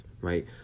right